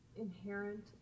inherent